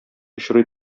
очрый